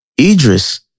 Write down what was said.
Idris